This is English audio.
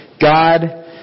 God